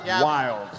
wild